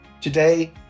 Today